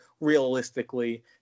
realistically